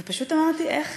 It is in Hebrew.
ופשוט אמרתי: איך